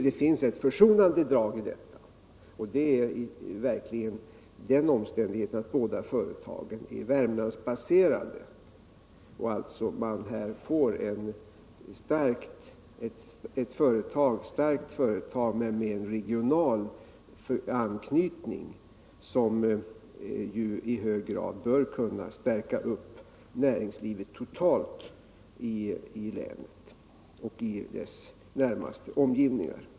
Det finns ett försonande drag i detta, och det är den omständigheten att båda företagen är Värmlandsbaserade. Man får här ett starkt företag med en regional anknytning som i hög grad bör kunna stärka näringslivet totalt i länet och i dess närmaste omgivningar.